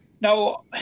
Now